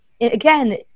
again